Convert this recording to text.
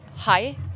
Hi